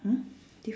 !huh! diff~